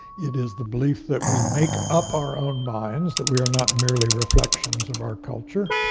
it is the belief that we make up our own minds, that we are not merely reflections of our culture,